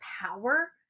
power